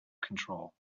control